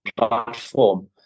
platform